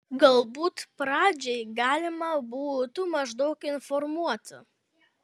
galbūt pradžiai galima būtų maždaug informuoti